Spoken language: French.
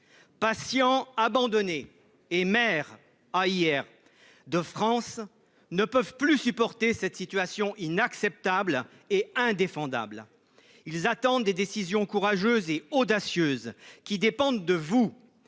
Patients abandonnés et maires de France ne peuvent plus supporter cette situation inacceptable et indéfendable. Les décisions courageuses et audacieuses qu'ils attendent dépendent de vous,